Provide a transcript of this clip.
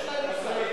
יש להם מושג.